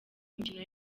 mikino